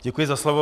Děkuji za slovo.